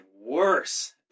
worse